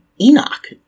Enoch